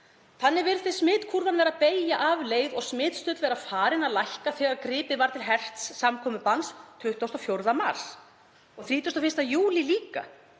Þannig virðist smitkúrfan vera að beygja af leið og smitstuðull vera farinn að lækka þegar gripið var til herts samkomubanns 24. mars og líka